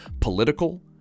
political